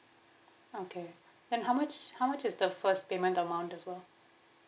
okay then how much how much is the first payment amount as well